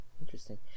interesting